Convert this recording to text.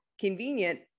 convenient